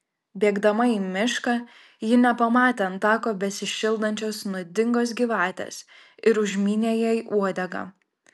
bėgdama į mišką ji nepamatė ant tako besišildančios nuodingos gyvatės ir užmynė jai uodegą